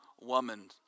woman